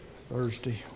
Thursday